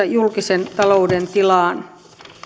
julkisen talouden tilaan